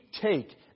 take